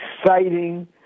exciting